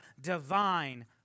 divine